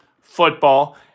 football